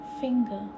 finger